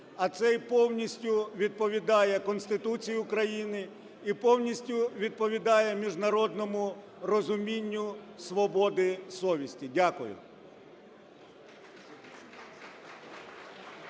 а це й повністю відповідає Конституції України і повністю відповідає міжнародному розумінню свободи совісті. Дякую.